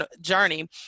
journey